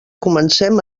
comencem